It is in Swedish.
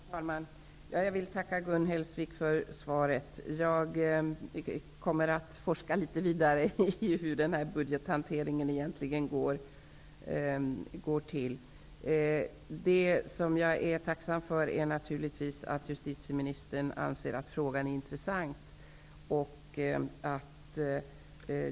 Herr talman! Jag tackar återigen Gun Hellsvik för svaret. Jag kommer att forska vidare för att få reda på hur budgethanteringen egentligen går till. Naturligtvis är jag dock tacksam för beskedet att justitieministern anser att frågan är intressant.